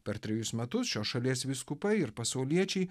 per trejus metus šios šalies vyskupai ir pasauliečiai